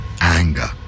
Anger